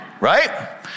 right